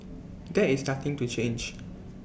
that is starting to change